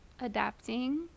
adapting